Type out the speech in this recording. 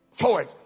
Forward